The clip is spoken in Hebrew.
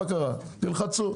תלחצו.